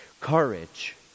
courage